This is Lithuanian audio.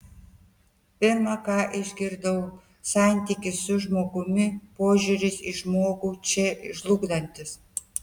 pirma ką išgirdau santykis su žmogumi požiūris į žmogų čia žlugdantis